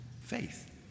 faith